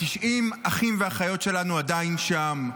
כ-90 אחים ואחיות שלנו עדיין שם,